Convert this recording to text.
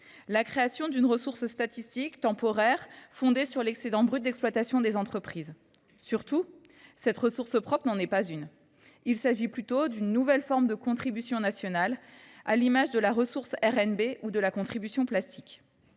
la création d’une ressource statistique temporaire fondée sur l’excédent brut d’exploitation des entreprises. Surtout, cette ressource propre n’en est pas une : il s’agit plutôt d’une nouvelle forme de contribution nationale, à l’image de la ressource assise sur le revenu national